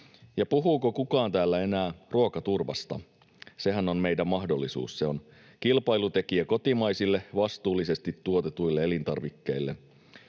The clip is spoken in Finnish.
Ja puhuuko kukaan täällä enää ruokaturvasta? Sehän on meidän mahdollisuus. Se on kilpailutekijä kotimaisille, vastuullisesti tuotetuille elintarvikkeille.